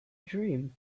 dream